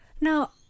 Now